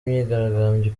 imyigaragambyo